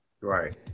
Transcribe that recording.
Right